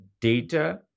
data